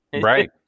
Right